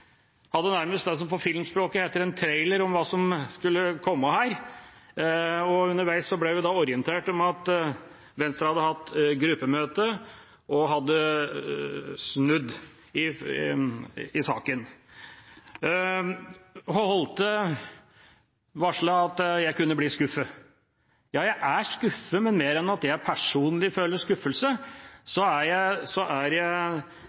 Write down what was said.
hadde nærmest det som på filmspråket heter en trailer om hva som skulle komme. Underveis ble vi orientert om at Venstre hadde hatt gruppemøte og hadde snudd i saken. Holthe varslet at jeg kunne bli skuffet. Jeg er skuffet, men mer enn at jeg personlig føler skuffelse, er dette veldig skuffende med tanke på den kompetansen som er der ute, de gode fagmiljøene som så fint er